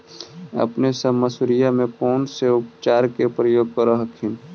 अपने सब मसुरिया मे कौन से उपचार के प्रयोग कर हखिन?